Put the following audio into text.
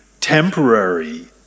temporary